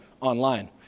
online